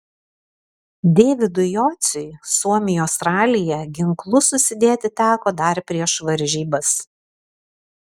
deividui jociui suomijos ralyje ginklus susidėti teko dar prieš varžybas